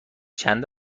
چند